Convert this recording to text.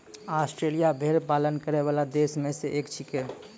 Australia भेड़ पालन करै वाला देश म सें एक छिकै